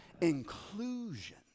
inclusion